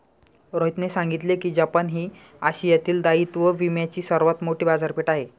रोहितने सांगितले की जपान ही आशियातील दायित्व विम्याची सर्वात मोठी बाजारपेठ आहे